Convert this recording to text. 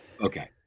Okay